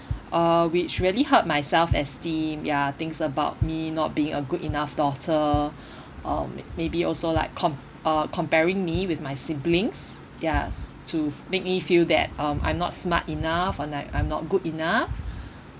uh which really hurt my self-esteem ya things about me not being a good enough daughter or maybe also like com~ uh comparing me with my siblings ya to make me feel that um I'm not smart enough or like I'm not good enough